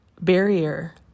barrier